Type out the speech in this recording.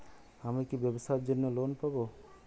আমি কি ব্যবসার জন্য লোন পাব?